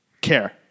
Care